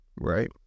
Right